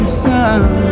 sun